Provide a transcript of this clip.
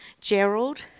Gerald